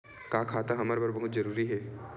का खाता हमर बर बहुत जरूरी हे का?